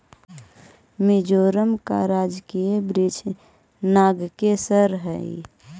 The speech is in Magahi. मिजोरम का राजकीय वृक्ष नागकेसर हई